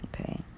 Okay